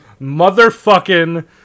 motherfucking